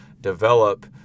develop